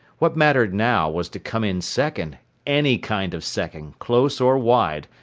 what mattered now was to come in second, any kind of second, close or wide,